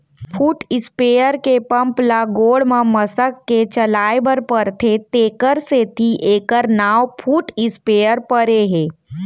foot sprayer के pump ल गोड़ म मसक के चलाए बर परथे तेकर सेती एकर नांव फुट स्पेयर परे हे